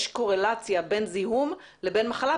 יש קורלציה בין זיהום אוויר לבין המחלה.